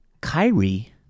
Kyrie